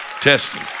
Testing